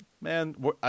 Man